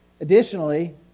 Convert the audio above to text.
Additionally